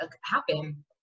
happen